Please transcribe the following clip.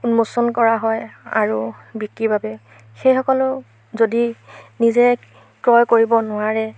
উন্মোচন কৰা হয় আৰু বিক্ৰীৰ বাবে সেইসকলেও যদি নিজে ক্ৰয় কৰিব নোৱাৰে